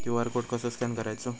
QR code कसो scan करायचो?